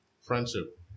friendship